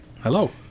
Hello